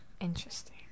Interesting